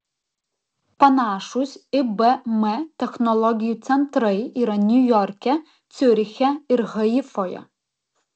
panašūs ibm technologijų centrai yra niujorke ciuriche ir haifoje